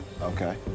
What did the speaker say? Okay